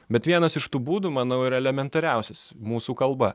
bet vienas iš tų būdų manau yra elementariausias mūsų kalba